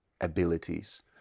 abilities